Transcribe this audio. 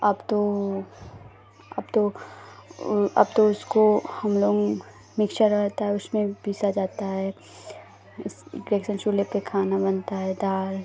अब तो अब तो अब तो उसको हम लोग मिक्सर रहता है उसमें पीसा जाता है इण्डक्शन चूल्हे पर खाना बनता है दाल